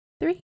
Three